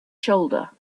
shoulder